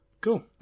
Cool